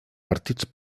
partits